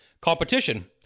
Competition